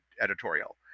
editorial